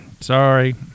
Sorry